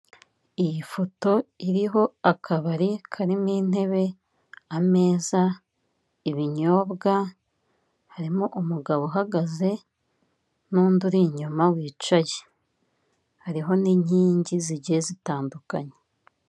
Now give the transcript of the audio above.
Iyi foto iriho akabari karimo intebe, ameza, ibinyobwa, harimo umugabo uhagaze n'undi uri inyuma wicaye. Hariho n'inkingi zigiye zitandukanye.